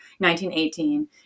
1918